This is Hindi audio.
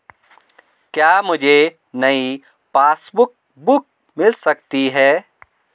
क्या मुझे नयी पासबुक बुक मिल सकती है?